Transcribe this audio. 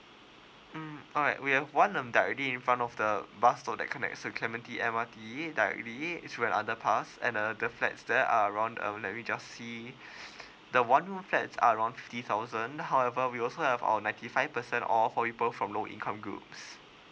mm alright we have one um directly in front of the bus stop that's connects to clementi M_R_T directly it's when underpass and uh the flats there are around um let me just see the one room flat are around fifty thousand however we also have a ninety five percent off for people from low income groups